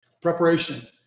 Preparation